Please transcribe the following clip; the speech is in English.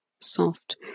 soft